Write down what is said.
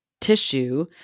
tissue